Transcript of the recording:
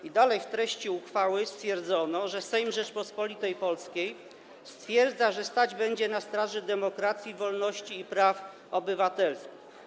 I dalej w treści uchwały stwierdzono, że Sejm Rzeczypospolitej Polskiej stwierdza, że stać będzie na straży demokracji, wolności i praw obywatelskich.